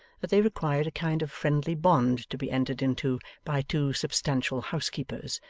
that they required a kind of friendly bond to be entered into by two substantial housekeepers,